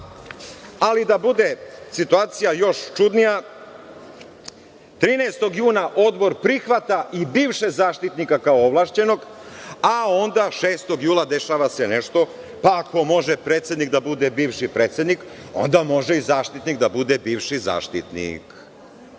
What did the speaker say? Ali, da bude situacija još čudnija, 13. juna Odbor prihvata i bivšeg Zaštitnika kao ovlašćenog, a onda 6. jula dešava se nešto, pa ako može predsednik da bude bivši predsednik, onda može i Zaštitnik da bude bivši Zaštitnik. Vidite